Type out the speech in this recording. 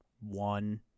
one